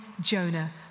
Jonah